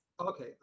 Okay